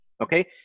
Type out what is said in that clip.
okay